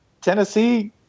Tennessee